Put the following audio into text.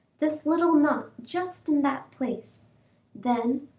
this little knot just in that place then,